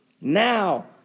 now